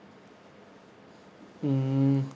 mm